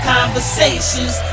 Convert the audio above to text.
Conversations